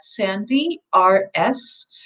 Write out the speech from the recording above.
sandyrs